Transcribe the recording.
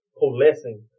coalescing